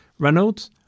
Reynolds